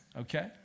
okay